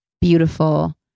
beautiful